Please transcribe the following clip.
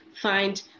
find